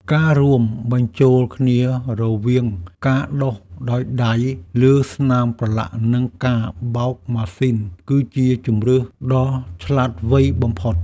ការរួមបញ្ចូលគ្នារវាងការដុសដោយដៃលើស្នាមប្រឡាក់ និងការបោកម៉ាស៊ីន គឺជាជម្រើសដ៏ឆ្លាតវៃបំផុត។